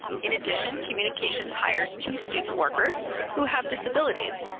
in addition, communications hires two student workers who have disabilities.